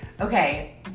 Okay